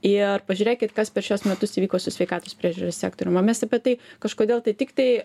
ir pažiūrėkit kas per šiuos metus įvyko su sveikatos priežiūros sektorium o mes apie tai kažkodėl tai tiktai